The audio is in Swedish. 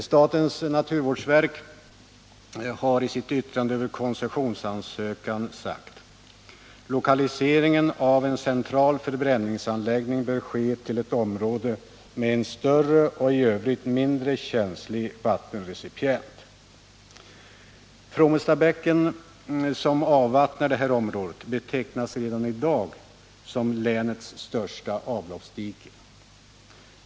Statens naturvårdsverk har i sitt yttrande över koncessionsansökan sagt: Lokaliseringen av en central förbränningsanläggning bör ske till ett område med en större och i övrigt mindre känslig vattenrecipient. Frommestabäcken, som avvattnar det här området, betecknas redan i dag som länets största avloppsdike.